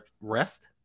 Rest